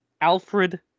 Alfred